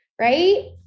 right